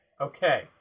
Okay